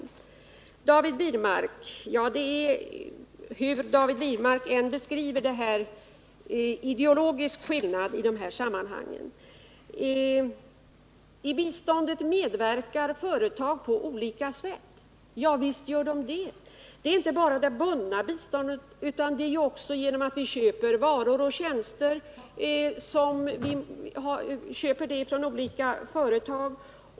Så till David Wirmark: Hur David Wirmark än beskriver saken finns det en ideologisk skillnad i de här sammanhangen. I biståndet medverkar företag på olika sätt, menar han. Ja, visst gör de det, inte bara i det bundna biståndet utan också genom att vi köper varor och tjänster från olika företag.